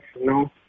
no